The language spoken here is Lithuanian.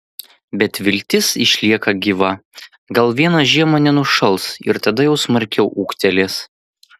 bet viltis išlieka gyva gal vieną žiemą nenušals ir tada jau smarkiau ūgtelės